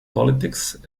politics